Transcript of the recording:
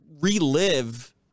relive